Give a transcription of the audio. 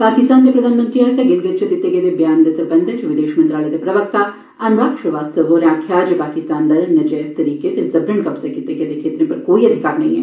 पाकिस्तान दे प्रधानमंत्री आस्सेआ गिलगित च दित्ते गेदे ब्यान दे संबंध च विदेश मंत्रालय दे प्रवक्ता अनुराग श्रीवास्तव होरे आक्खेआ जे पाकिस्तान दा नजैज तरीके ते जबरन कब्जा कीते गेदे क्षेत्रें पर कोई अधिकार नेईं ऐ